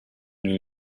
new